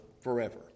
forever